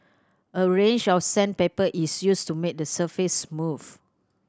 a range of sandpaper is used to make the surface smooth